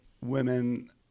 women